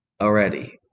already